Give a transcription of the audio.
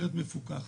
מפוקחת.